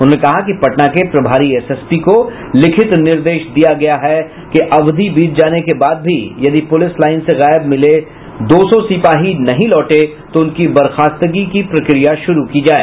उन्होंने कहा कि पटना के प्रभारी एसएसपी को लिखित निर्देश दिया गया है कि अवधि बीत जाने के बाद भी यदि पुलिस लाईन से गायब मिले दो सौ सिपाही नहीं लौटे तो उनकी बर्खास्तगी की प्रक्रिया शुरू की जाए